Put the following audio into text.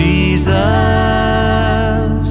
Jesus